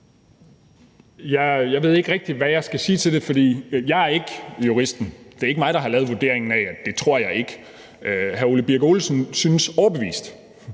Jeg ved ikke rigtig, hvad jeg skal sige til det, for jeg er ikke juristen; det er ikke mig, der har lavet vurderingen »det tror jeg ikke«. Hr. Ole Birk Olesen synes overbevist